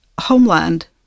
homeland